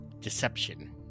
deception